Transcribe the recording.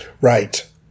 Right